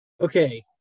Okay